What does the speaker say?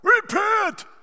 Repent